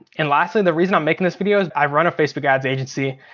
and lastly the reason i'm making this video i run a facebook ads agency.